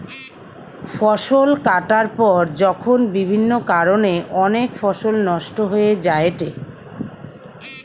ফসল কাটার পর যখন বিভিন্ন কারণে অনেক ফসল নষ্ট হয়ে যায়েটে